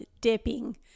dipping